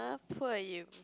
poor you